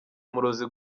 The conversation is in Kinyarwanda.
umurozi